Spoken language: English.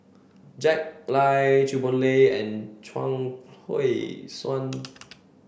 Jack Lai Chew Boon Lay and Chuang Hui Tsuan